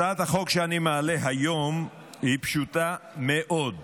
הצעת החוק שאני מעלה היום היא פשוטה מאוד,